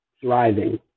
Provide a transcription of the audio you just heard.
thriving